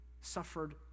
suffered